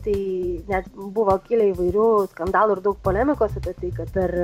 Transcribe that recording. tai net buvo kilę įvairių skandalų ir daug polemikos apie tai kad per